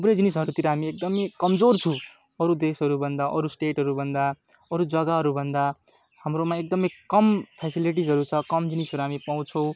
थुप्रै जिनिसहरूतिर हामी एकदम कमजोर छु अरू देशहरूभन्दा अरू स्टेटहरूभन्दा अरू जगाहरूभन्दा हाम्रोमा एकदम कम फेसिलिटिजहरू छ कम जिनिसहरू हामी पाउँछौँ